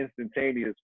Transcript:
instantaneous